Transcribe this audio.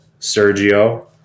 Sergio